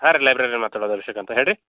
ಹಾಂ ರೀ ಲೇಬ್ರರಿಯನ್ ಮಾತಾಡೋದು ಶ್ರೀಕಾಂತ ಹೇಳಿರಿ